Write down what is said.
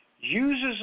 uses